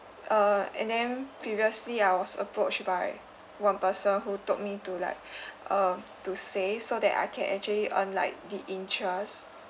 uh and then previously I was approached by one person who told me to like um to save so that I can actually earn like the interest